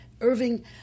Irving